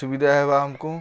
ସୁବିଧା ହେବା ଆମ୍କୁ